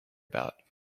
about